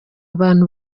abantu